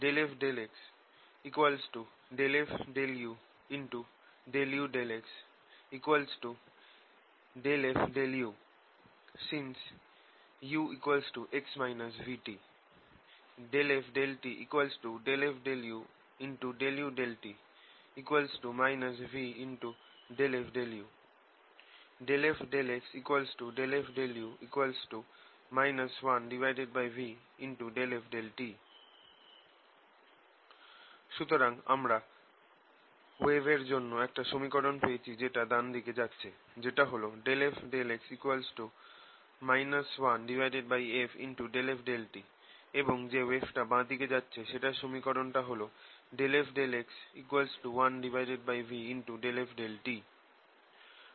∂f∂x ∂f∂u∂u∂x ∂f∂u since ux vt ∂f∂t ∂f∂u∂u∂t v∂f∂u ∂f∂x ∂f∂u 1v ∂f∂t সুতরাং আমরা ওয়েভের জন্য একটা সমীকরণ পেয়েছি যেটা ডান দিকে যাচ্ছে যেটা হল ∂f∂x 1v ∂f∂t এবং যে ওয়েভটা বাঁ দিকে যাচ্ছে সেটার সমীকরণ টা হল ∂f∂x1v ∂f∂t